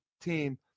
team